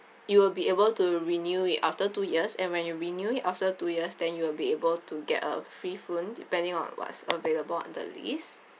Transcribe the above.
you will be able to renew it after two years and when you renew it after two years then you will be able to get a free phone depending on what's available on the list